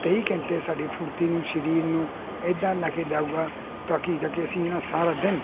ਤੇਈ ਘੰਟੇ ਸਾਡੀ ਫੁਰਤੀ ਨੂੰ ਸਰੀਰ ਨੂੰ ਇਦਾਂ ਲੈ ਕੇ ਜਾਊਗਾ ਤਾਂ ਕਿ ਜਾ ਕੀ ਅਸੀਂ ਸਾਰਾ ਦਿਨ